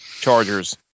Chargers